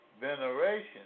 veneration